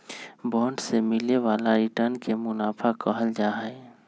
bond से मिले वाला रिटर्न के मुनाफा कहल जाहई